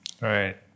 right